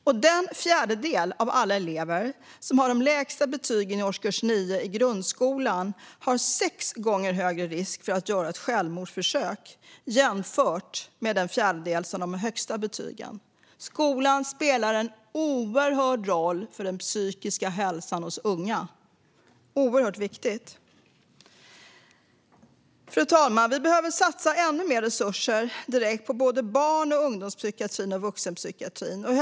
Och den fjärdedel av alla elever som har de lägsta betygen i årskurs 9 i grundskolan har sex gånger högre risk för att göra ett självmordsförsök jämfört med den fjärdedel som har de högsta betygen. Skolan spelar en oerhörd roll för den psykiska hälsan hos unga; den är oerhört viktig. Fru talman! Vi behöver satsa ännu mer resurser direkt på både barn och ungdomspsykiatrin och vuxenpsykiatrin.